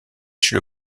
chez